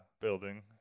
building